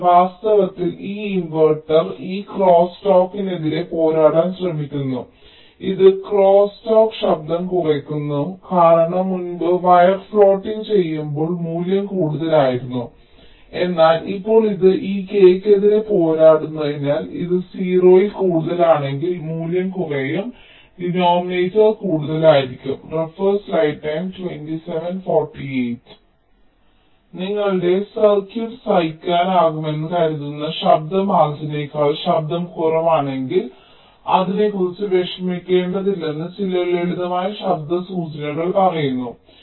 അതിനാൽ വാസ്തവത്തിൽ ഈ ഇൻവെർട്ടർ ഈ ക്രോസ് ടോക്കിനെതിരെ പോരാടാൻ ശ്രമിക്കുന്നു ഇത് ക്രോസ് ടോക്ക് ശബ്ദം കുറയ്ക്കുന്നു കാരണം മുമ്പ് വയർ ഫ്ലോട്ടിംഗ് ചെയ്യുമ്പോൾ മൂല്യം കൂടുതലായിരുന്നു എന്നാൽ ഇപ്പോൾ ഇത് ഈ K ക്കെതിരെ പോരാടുന്നതിനാൽ ഇത് 0 ൽ കൂടുതലാണെങ്കിൽ മൂല്യം കുറയും ഡിനോമിനേറ്റർ കൂടുതലായിരിക്കും നിങ്ങളുടെ സർക്യൂട്ട് സഹിക്കാനാകുമെന്ന് കരുതുന്ന ശബ്ദ മാർജിനെക്കാൾ ശബ്ദം കുറവാണെങ്കിൽ നിങ്ങൾ അതിനെക്കുറിച്ച് വിഷമിക്കേണ്ടതില്ലെന്ന് ചില ലളിതമായ ശബ്ദ സൂചനകൾ പറയുന്നു